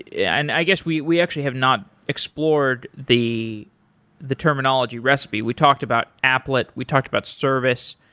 yeah and i guess we we actually have not explored the the terminology recipe. we talked about applet. we talked about service.